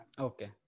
Okay